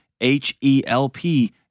H-E-L-P